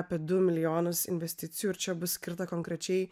apie du milijonus investicijų ir čia bus skirta konkrečiai